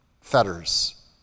fetters